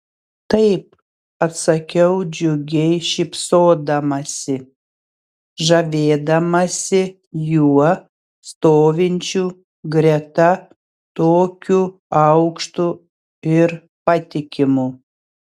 taip atsakiau džiugiai šypsodamasi žavėdamasi juo stovinčiu greta tokiu aukštu ir patikimu